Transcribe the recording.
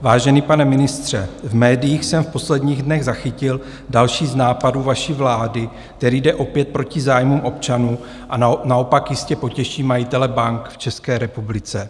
Vážený pane ministře, v médiích jsem v posledních dnech zachytil další z nápadů vaší vlády, který jde opět proti zájmům občanů a naopak jistě potěší majitele bank v České republice.